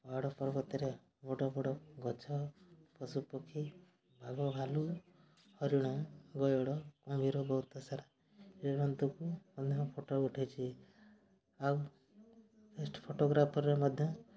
ପାହାଡ଼ ପର୍ବତରେ ବଡ଼ ବଡ଼ ଗଛ ପଶୁପକ୍ଷୀ ବାଘ ଭାଲୁ ହରିଣ ଗୟଳ କୁମ୍ଭୀର ବହୁତସାରା ଜୀବଜନ୍ତୁଙ୍କୁ ମଧ୍ୟ ଫଟୋ ଉଠେଇଛି ଆଉ ବେଷ୍ଟ ଫଟୋଗ୍ରାଫରରେ ମଧ୍ୟ